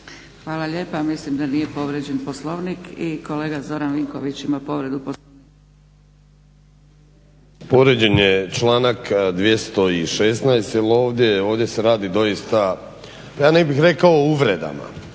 Hvala lijepa. Mislim da nije povrijeđen Poslovnik. I kolega Zoran Vinković ima povredu Poslovnika. **Vinković, Zoran (HDSSB)** Povrijeđen je članak 216. jer ovdje se radi doista ja ne bih rekao o uvredama